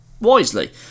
wisely